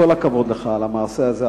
כל הכבוד לך על המעשה הזה,